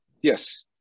Yes